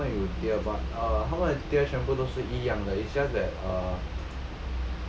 啊有她们有 tier but uh 他们的 tier 全部都是一样的 it's just that uh